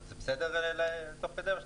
האם זה בסדר תוך כדי?